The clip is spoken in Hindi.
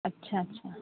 अच्छा अच्छा